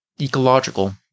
Ecological